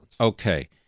Okay